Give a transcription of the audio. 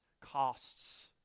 costs